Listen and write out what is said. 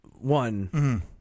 one